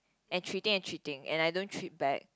and treating and treating and I don't treat back